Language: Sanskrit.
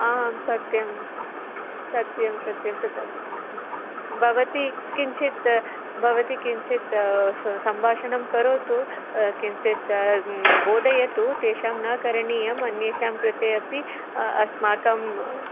आं सत्यं सत्यं सत्यं सत्यं भवती किञ्चित् भवती किञ्चित् स सम्भाषणं करोतु किञ्चित् न बोधयतु तेषां न करणीयम् अन्येषां कृते अपि अस्माकम्